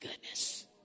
goodness